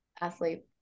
athlete